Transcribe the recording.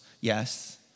Yes